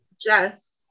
Jess